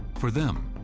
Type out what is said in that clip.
for them,